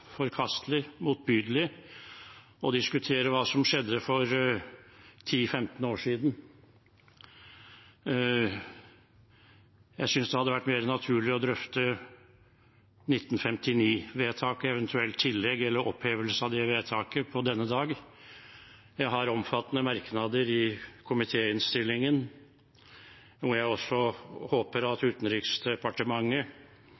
forkastelig, motbydelig – å diskutere hva som skjedde for 10–15 år siden. Jeg synes det hadde vært mer naturlig å drøfte 1959-vedtaket, eller eventuelt tillegg eller opphevelse av det vedtaket på denne dag. Jeg har omfattende merknader i komitéinnstillingen. Jeg håper